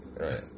Right